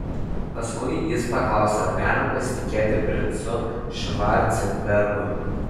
paskui jis paklausė ar galima pasitikėti princu švarcenbergu